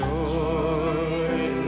Joy